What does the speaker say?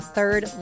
Third